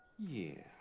yeah.